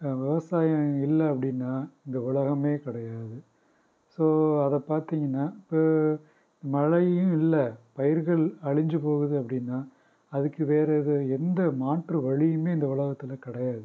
விவசாயம் இல்லை அப்படின்னா இந்த உலகமே கிடையாது ஸோ அதை பார்த்திங்கனா இப்போ மழையும் இல்லை பயிர்கள் அழிஞ்சு போகுது அப்படின்னா அதுக்கு வேறு ஏதோ எந்த மாற்று வழியுமே இந்த உலகத்தில் கிடையாது